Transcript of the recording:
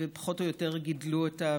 ופחות או יותר גידלו אותה,